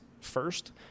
first